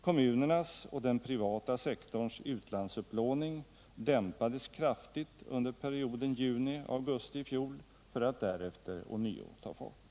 Kommunernas och den privata sektorns utlandsupplåning dämpades kraftigt under perioden juni-augusti i fjol för att därefter ånyo ta fart.